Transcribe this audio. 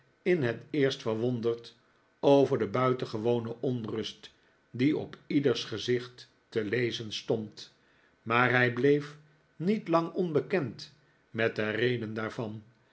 in het eerst verwonderd over de buitengewone onrust die op ieders gezicht te lezen stond maar hij bleef niet lang onbekend met de reden daarvan